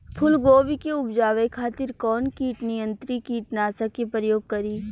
फुलगोबि के उपजावे खातिर कौन कीट नियंत्री कीटनाशक के प्रयोग करी?